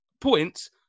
points